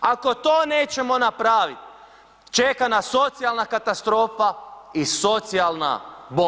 Ako to nećemo napravit, čeka nas socijalna katastrofa i socijalna bomba.